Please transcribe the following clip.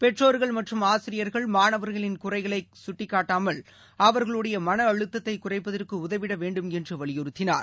பெற்றோர்கள் மற்றும் ஆசிரியர்கள் மாணவர்களின் குறைகளை கட்டிக்காட்டாமல் அவர்களுடைய மனஅழுத்தத்தை குறைப்பதற்கு உதவிட வேண்டும் என்று வலியுறுத்தினார்